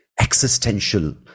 existential